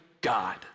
God